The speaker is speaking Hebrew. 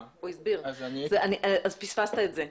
הוא הסביר, פספסת את זה.